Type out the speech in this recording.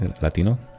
latino